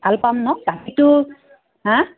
ভাল পাম ন গাখীৰটো হা